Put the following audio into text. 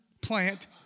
plant